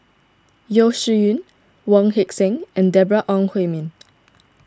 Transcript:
Yeo Shih Yun Wong Heck Sing and Deborah Ong Hui Min